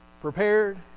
prepared